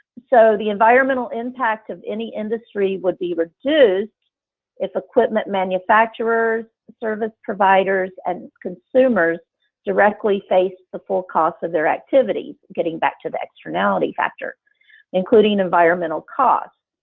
so the environmental impact of any industry would be reduced if equipment manufacturers, service providers and consumers directly faced the full cost of their activity getting back to the externality factor including environmental costs.